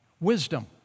Wisdom